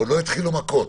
עוד לא התחילו מכות,